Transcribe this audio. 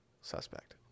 suspect